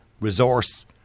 resource